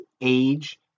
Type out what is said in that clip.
age